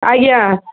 ଆଜ୍ଞା